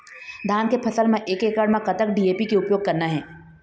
धान के फसल म एक एकड़ म कतक डी.ए.पी के उपयोग करना हे?